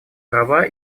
права